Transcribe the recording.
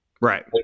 Right